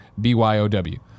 B-Y-O-W